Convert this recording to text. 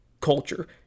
culture